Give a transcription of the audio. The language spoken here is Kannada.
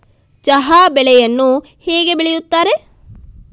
ಚಹಾ ಬೆಳೆಯನ್ನು ಹೇಗೆ ಬೆಳೆಯುತ್ತಾರೆ?